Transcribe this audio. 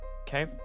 Okay